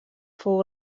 fou